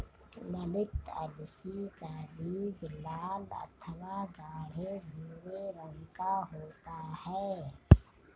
ललीत अलसी का बीज लाल अथवा गाढ़े भूरे रंग का होता है